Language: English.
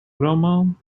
grumman